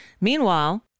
Meanwhile